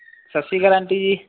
ਸਤਿ ਸ਼੍ਰੀ ਅਕਾਲ ਆਂਟੀ ਜੀ